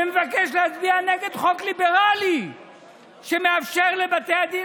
ומבקש להצביע נגד חוק ליברלי שמאפשר לבתי הדין